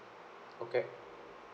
okay